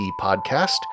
Podcast